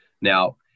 Now